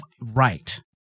Right